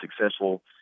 successful